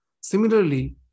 Similarly